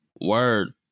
word